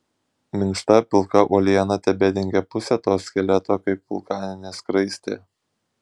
minkšta pilka uoliena tebedengė pusę to skeleto kaip vulkaninė skraistė